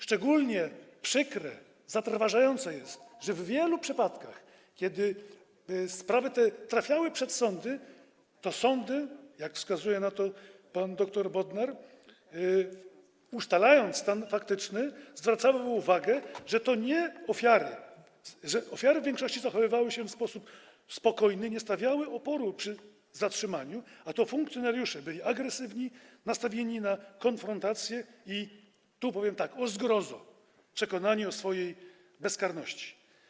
Szczególnie przykre, zatrważające jest to, że w wielu przypadkach, kiedy sprawy te trafiały przed sądy, sądy, jak wskazuje pan dr Bodnar, ustalając stan faktyczny, zwracały uwagę, że ofiary w większości zachowywały się w sposób spokojny, nie stawiały oporu przy zatrzymaniu, a to funkcjonariusze byli agresywni, nastawieni na konfrontację i tu powiem tak: o zgrozo, przekonani o swojej bezkarności.